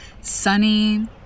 sunny